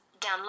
download